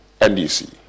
NDC